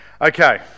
Okay